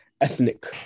ethnic